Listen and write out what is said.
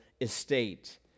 estate